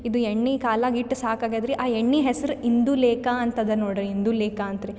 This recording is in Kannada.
ಇದು ಎಣ್ಣೆ ಕಾಲಾಗೆ ಇಷ್ಟ್ ಸಾಕಾಗಾದ್ರಿ ಆ ಎಣ್ಣೆ ಹೆಸ್ರು ಇಂದುಲೇಖ ಅಂತದಾ ನೊಡ್ರಿ ಇಂದುಲೇಖ ಅಂತ್ರಿ